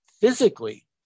physically